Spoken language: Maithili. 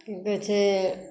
बेचै